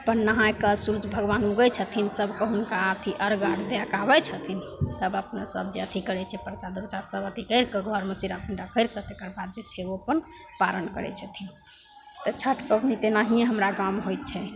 अपन नहैके सुरुज भगवान उगै छथिन सब कोइ हुनका अथी अर्घ आओर दैके आबै छथिन तब अपनासभ जे अथी करै छै परसाद उरसाद सब अथी करिके घरमे सिरा पीरा करिके तकर बाद जे चाही ओ अपन पारण करै छथिन छठि पबनी तऽ एनाहिए हमरा गाममे होइ छै